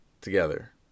together